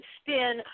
spin